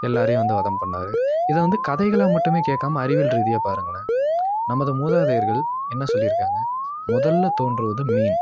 எல்லோரையும் வந்து வதம் பண்ணார் இதை வந்து கதைகளாக மட்டுமே கேட்காம அறிவியல் ரீதியாக பாருங்களேன் நமது மூதாதையர்கள் என்ன சொல்லியிருக்காங்க முதலில் தோன்றுவது மீன்